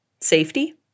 safety